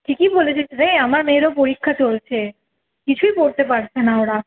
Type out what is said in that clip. ঠিকই বলেছিস রে আমার মেয়েরও পরীক্ষা চলছে কিছুই পড়তে পারছে না ওরা